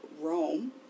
Rome